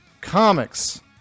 Comics